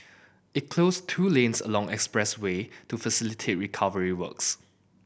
it closed two lanes along expressway to facilitate recovery works